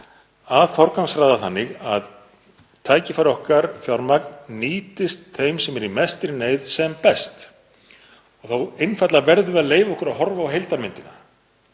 að forgangsraða þannig að tækifæri okkar og fjármagn nýtist þeim sem eru í mestri neyð sem best. Þá einfaldlega verðum við að leyfa okkur að horfa á heildarmyndina.